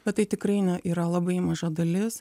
bet tai tikrai ne yra labai maža dalis